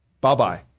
bye-bye